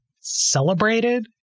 celebrated